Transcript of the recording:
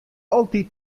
altyd